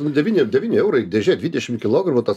nu devyni devyni eurai dėžė dvidešim kilogramų tas